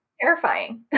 terrifying